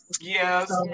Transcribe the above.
Yes